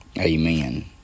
Amen